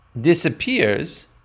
disappears